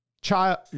child